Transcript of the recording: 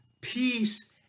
peace